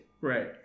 Right